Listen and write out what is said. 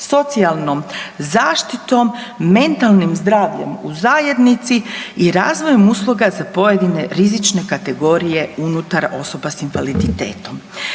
socijalnom zaštitom, mentalnim zdravljem u zajednici i razvojem usluga za pojedine rizične kategorije unutar osoba s invaliditetom.